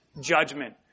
judgment